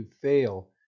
fail